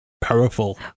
powerful